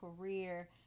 career